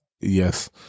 Yes